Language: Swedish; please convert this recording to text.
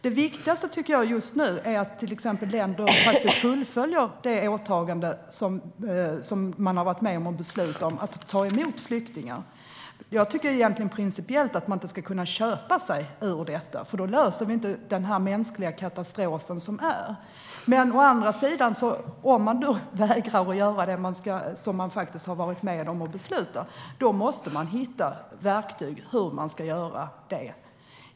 Det viktigaste just nu är till exempel att länder fullföljer det åtagande de har varit med och beslutat om när det gäller att ta emot flyktingar. Principiellt ska man egentligen inte kunna köpa sig ur det. Då löser vi inte den mänskliga katastrofen. Men om man vägrar att göra det man har varit med och beslutat om måste vi hitta verktyg för hur man ska göra det.